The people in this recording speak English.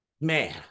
man